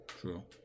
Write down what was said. True